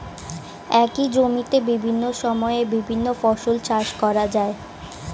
একই জমিতে বিভিন্ন সময়ে বিভিন্ন ফসল চাষ করা যায়